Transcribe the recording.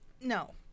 No